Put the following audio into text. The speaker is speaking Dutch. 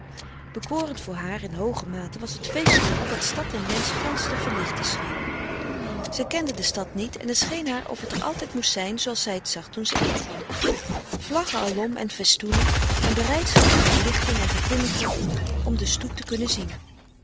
bekorend voor haar in hooge mate was het feestelijke dat stad en menschen gansch te verlichten scheen zij kende de stad niet en het scheen haar of het er altijd moest zijn zooals zij t zag toen ze inkwam vlaggen alom en festoenen en bereidselen voor verlichting en getimmerten om den stoet te kunnen zien